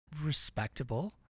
respectable